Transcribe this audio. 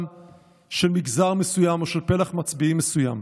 של מגזר מסוים או של פלח מצביעים מסוים,